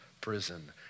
prison